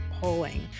polling